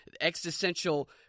existential